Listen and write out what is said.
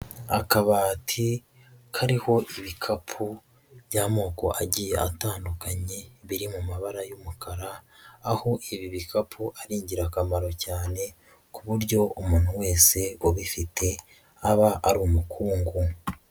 Akabati kariho ibikapu by'amoko agiye atandukanye biri mu mabara y'umukara, aho ibi bikapu ari ingirakamaro cyane ku buryo umuntu wese ubifite aba ari umukungu.